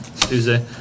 Tuesday